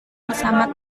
bersama